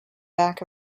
back